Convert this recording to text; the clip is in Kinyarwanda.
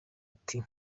ati